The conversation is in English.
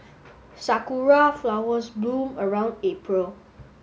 sakura flowers bloom around April